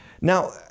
Now